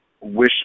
wish